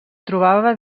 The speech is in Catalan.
trobava